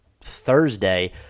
Thursday